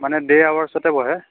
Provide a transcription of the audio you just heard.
মানে দে' আৱাৰচতে বহে